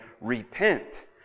Repent